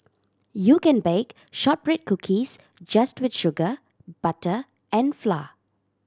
you can bake shortbread cookies just with sugar butter and flour